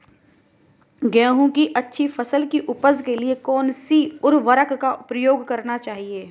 गेहूँ की अच्छी फसल की उपज के लिए कौनसी उर्वरक का प्रयोग करना चाहिए?